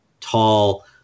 tall